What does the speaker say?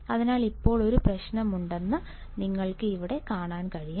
അതിനാൽ ഇപ്പോൾ ഒരു പ്രശ്നമുണ്ടെന്ന് നിങ്ങൾക്ക് ഇവിടെ കാണാൻ കഴിയും